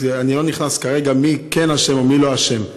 אז אני לא נכנס כרגע מי כן אשם ומי לא אשם,